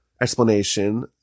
explanation